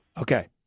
Okay